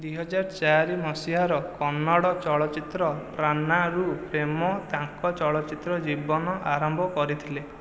ଦୁଇ ହଜାର ଚାରି ମସିହାର କନ୍ନଡ଼ ଚଳଚ୍ଚିତ୍ର ପ୍ରାନା ରୁ ପ୍ରେମ ତାଙ୍କ ଚଳଚ୍ଚିତ୍ର ଜୀବନ ଆରମ୍ଭ କରିଥିଲେ